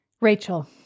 Rachel